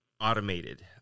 automated